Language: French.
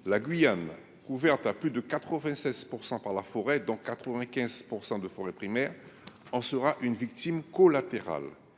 Ainsi, la Guyane couverte à plus de 96 % par la forêt, dont 95 % de forêt primaire, en sera une victime collatérale.